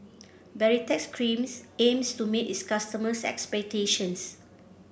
Baritex Cream aims to meet its customers' expectations